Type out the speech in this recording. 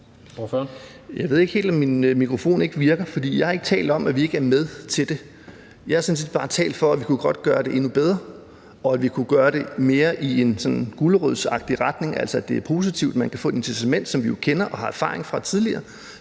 Jeg ved ikke helt, om min mikrofon ikke virker, for jeg har ikke talt om, at vi ikke vil være med til det. Jeg har sådan set bare talt for, at vi godt kunne gøre det endnu bedre, og at vi kunne gøre det i en mere sådan gulerodsagtig retning, altså at det er noget positivt; at man kan få et incitament, sådan som vi jo kender det og har erfaring med tidligere,